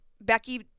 Becky